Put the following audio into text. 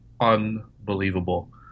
unbelievable